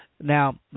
Now